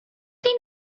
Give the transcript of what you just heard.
chi